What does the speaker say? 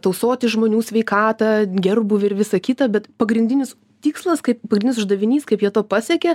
tausoti žmonių sveikatą gerbūvį ir visa kita bet pagrindinis tikslas kaip pagrindinis uždavinys kaip jie to pasiekia